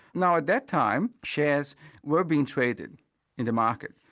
now at that time, shares were being traded in the market,